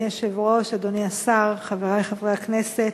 אדוני היושב-ראש, אדוני השר, חברי חברי הכנסת,